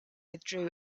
withdrew